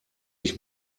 ich